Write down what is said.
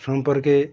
সম্পর্কে